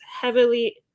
heavily